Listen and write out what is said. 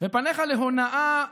ופניך להונאה גדולה.